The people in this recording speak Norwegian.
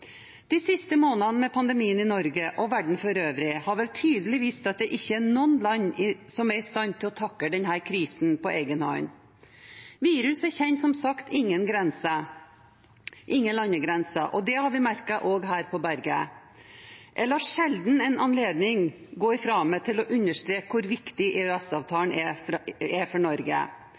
De siste månedene med pandemien i Norge og verden for øvrig har vel tydelig vist at det ikke er noen land som er i stand til å takle denne krisen på egen hånd. Viruset kjenner som sagt ingen landegrenser, og det har vi merket også her på berget. Jeg lar sjelden en anledning gå fra meg til å understreke hvor viktig EØS-avtalen er for Norge. Jeg har tidligere framhevet hvor viktig EØS-avtalen er for